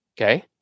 Okay